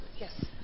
Yes